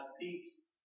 peace